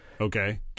Okay